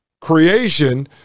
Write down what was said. creation